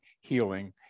healing